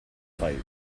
type